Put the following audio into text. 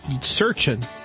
searching